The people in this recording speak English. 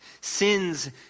Sins